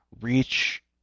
reach